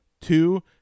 two